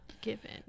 given